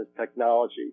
technology